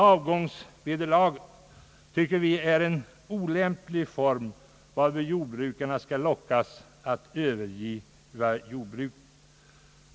Avgångsvederlaget tycker vi är en olämplig form varmed jordbrukarna skall lockas att överge jordbruket.